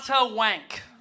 wank